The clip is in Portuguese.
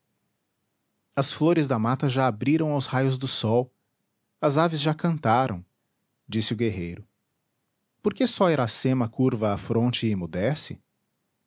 as flores da mata já abriram aos raios do sol as aves já cantaram disse o guerreiro por que só iracema curva a fronte